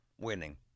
winning